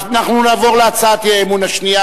אנחנו נעבור להצעת האי-אמון השנייה.